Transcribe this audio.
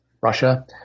Russia